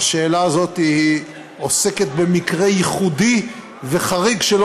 והשאלה הזאת עוסקת במקרה ייחודי וחריג, נכון.